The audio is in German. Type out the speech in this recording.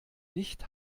nicht